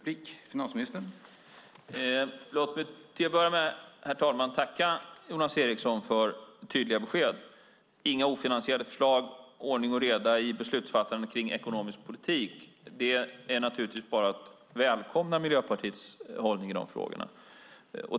Herr talman! Låt mig till att börja med tacka Jonas Eriksson för tydliga besked om inga ofinansierade förslag och om ordning och reda i beslutsfattandet kring ekonomisk politik. Det är naturligtvis bara att välkomna Miljöpartiets hållning där.